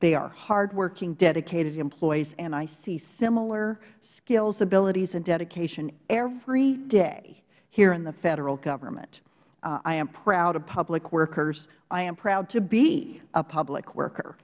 they are hardworking dedicated employees and i see similar skills abilities and dedication every day here in the federal government i am proud of public workers i am proud to be a public worker